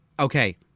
Okay